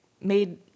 made